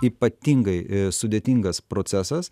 ypatingai sudėtingas procesas